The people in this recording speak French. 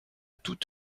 toute